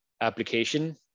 application